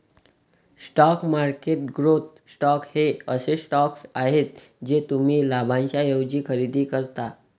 stock market growth stocks हे असे stocks आहेत जे तुम्ही लाभांशाऐवजी खरेदी करता